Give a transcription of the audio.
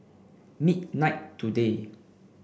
midnight today